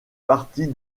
partie